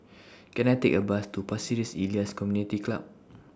Can I Take A Bus to Pasir Ris Elias Community Club